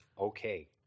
okay